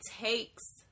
takes